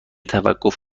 توقف